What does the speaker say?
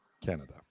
Canada